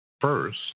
first